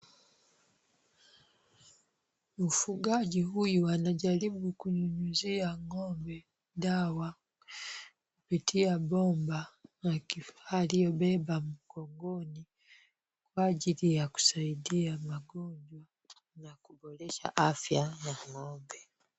Mfugaji huyu anajaribu kunyunyizia ng'ombe dawa kupitia bomba na kifaa aliyobeba mgongoni kwa ajili ya kusaidia magonjwa na kuboresha afya ya ng'ombe.